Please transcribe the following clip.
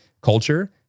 culture